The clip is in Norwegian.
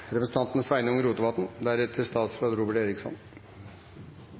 Representanten Sveinung Rotevatn